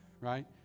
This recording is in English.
right